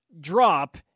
drop